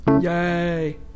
Yay